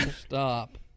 stop